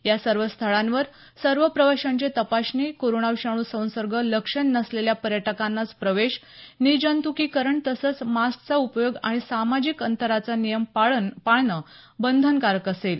या सर्व स्थळांवर सर्व प्रवाशांची तपासणी कोरोना विषाणू संसर्ग लक्षणं नसलेल्या पर्यटकांनाच प्रवेश निर्जंत्कीकरण तसंच मास्कचा उपयोग आणि सामाजिक अंतराचा नियम पाळणं बंधनकारक असेल